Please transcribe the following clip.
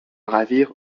ravir